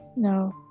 No